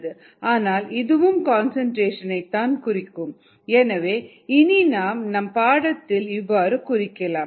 ஆனால் இதுவும் கன்சன்ட்ரேஷன் ஐ தான் குறிக்கும் எனவே இனி நாம் நம் பாடத்தில் இவ்வாறு குறிக்கலாம்